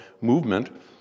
movement